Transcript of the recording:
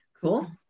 Cool